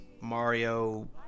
Mario